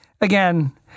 again